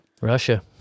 Russia